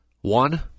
One